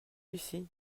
ici